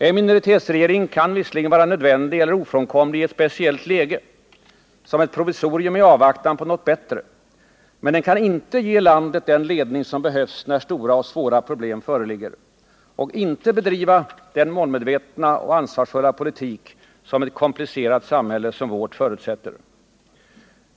En minoritetsregering kan visserligen vara nödvändig eller ofrånkomlig i ett speciellt läge, som ett provisorium i avvaktan på något bättre, men den kan inte ge landet den ledning som behövs när stora och svåra problem föreligger och inte bedriva den målmedvetna och ansvarsfulla politik som ett komplicerat samhälle som vårt förutsätter.